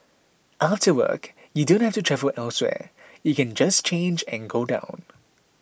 after work you don't have to travel elsewhere you can just change and go down